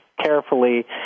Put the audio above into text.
carefully